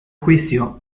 juicio